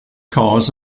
cars